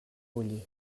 bullir